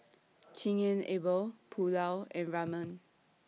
Chigenabe Pulao and Ramen